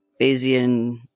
Bayesian